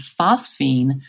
phosphine